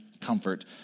comfort